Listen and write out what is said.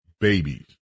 babies